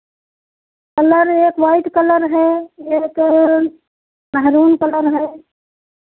colour एक white colour है एक महेरून कलर है